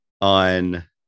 on